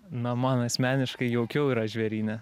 na man asmeniškai jaukiau yra žvėryne